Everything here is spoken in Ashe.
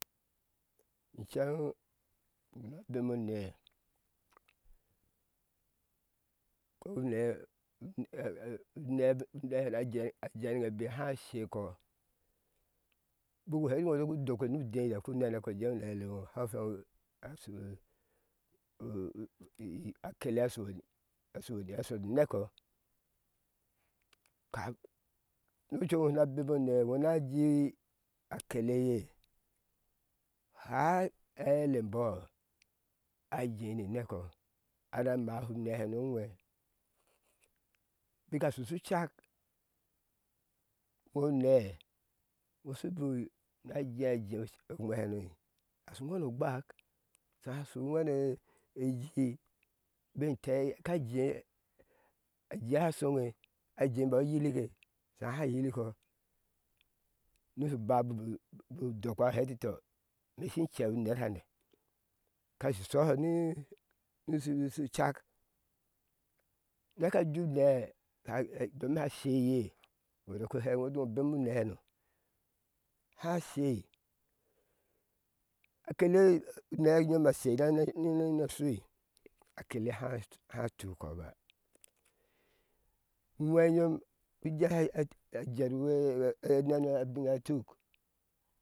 I cen buku na bemo nɛɛ u nɛɛ no a jeŋɛ bik ha she koɔ buku hea tu ŋo shu dok nu dei daku nɛnɛ uko jɛŋo ɛaile oŋ u ha akelea a sho ni ne kɔɔ kai nu ucu eŋo na bemo unea ŋo nate akale ye har a eaile bɔɔ a jeya nine kɔɔ aka maa he inɛɛ nu a gwe? Bika shu shu cak u naa ye shika na je ajwi onɛɛ huka ha jee ajee nee hano ashu uŋwena ugbala shaha a shu ugwene ijii? Be tɛɛ ka jea jea sho shoŋe a jea bɔɔ ayiilike shaha ha yilukɔɔ nu shu ba bbu dokwa hɛɛ iti tɔɔ me shi ewi unwwehanao ha ne ka shi shɔɔ hɔɔ nu shu cak naka ju unɛɛ domin sha she ye ŋo duku ju bema unɛɛ ha nu ha shei akele unɛɛ uyom a she na shui he na tu kɔɔ ba uŋwe uyoom shuje ajer we sha nene abin atuk